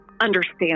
understand